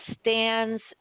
stands